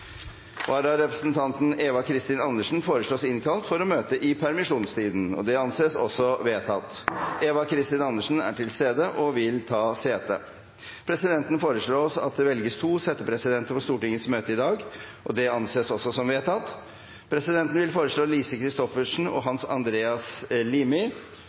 Vararepresentanten, Eva Kristin Andersen, foreslås innkalt for å møte i permisjonstiden. – Det anses også vedtatt. Eva Kristin Andersen er til stede og vil ta sete. Presidenten vil foreslå at det velges to settepresidenter for Stortingets møte i dag, og anser det som vedtatt. Presidenten vil foreslå Lise Christoffersen og Hans Andreas Limi.